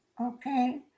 okay